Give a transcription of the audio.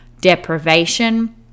deprivation